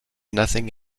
nothing